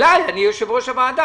תודה רבה.